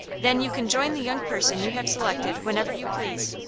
then you can join the young person you have selected whenever you please.